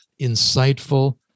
insightful